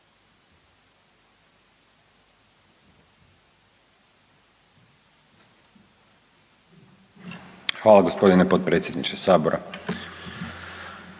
Hvala, gospodine potpredsjedniče.